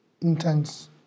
intense